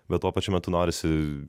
bet tuo pačiu metu norisi